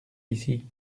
ici